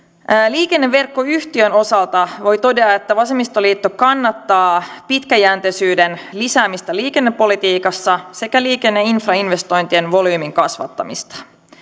liikenneverkkoyhtiön osalta voi todeta että vasemmistoliitto kannattaa pitkäjänteisyyden lisäämistä liikennepolitiikassa sekä liikenneinfrainvestointien volyymin kasvattamista